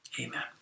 amen